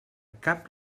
cap